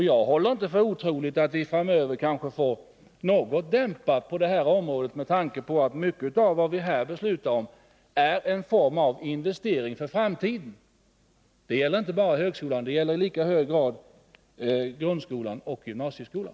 Jag håller inte för otroligt att kraven framöver kan komma att dämpas på detta område med tanke på att mycket av det vi här beslutar om är en form av investering för framtiden. Det gäller inte bara högskolan, utan det gäller i lika hög grad grundskolan och gymnasieskolan.